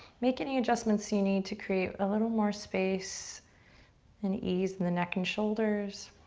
make any adjustments you need to create a little more space and ease and the neck and shoulders.